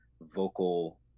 vocal